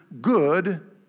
good